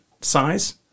size